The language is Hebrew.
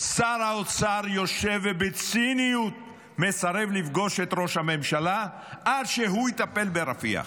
שר האוצר יושב ובציניות מסרב לפגוש את ראש הממשלה עד שהוא יטפל ברפיח,